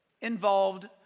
involved